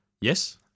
Yes